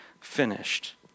finished